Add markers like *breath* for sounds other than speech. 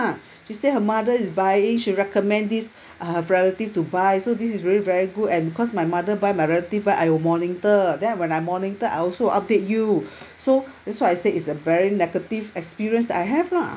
she say her mother is buying she recommend this her relative to buy so this is very very good and cause my mother buy my relative buy I will monitor then when I monitor I also update you *breath* so that's what I said it's a very negative experience that I have lah